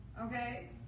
Okay